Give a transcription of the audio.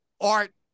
art